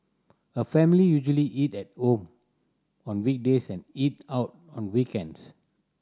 her family usually eat at home on weekdays and eat out on weekends